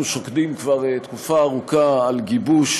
אנחנו שוקדים כבר תקופה ארוכה על גיבוש